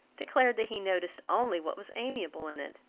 declared that he noticed only what was amiable in it,